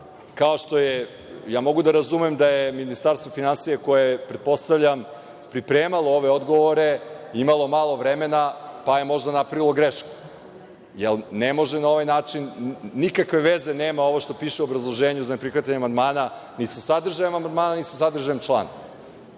inostranstvu. Mogu da razumem da je Ministarstvo finansija koje je, pretpostavljam, pripremalo ove odgovore, imalo malo vremena, pa je možda napravilo grešku. Jer, ne može na ovaj način, nikakve veze nema ovo što piše u obrazloženju za neprihvatanje amandman, ni sa sadržajem amandmana, ni sa sadržajem člana.